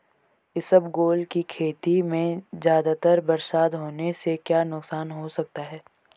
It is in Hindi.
इसबगोल की खेती में ज़्यादा बरसात होने से क्या नुकसान हो सकता है?